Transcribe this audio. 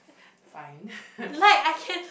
fine